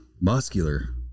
muscular